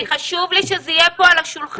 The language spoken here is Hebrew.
חשוב לי שזה יהיה פה על השולחן.